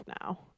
now